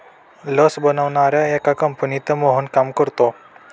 लस बनवणाऱ्या एका कंपनीत मोहन काम करतो